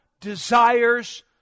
desires